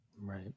Right